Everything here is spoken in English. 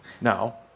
Now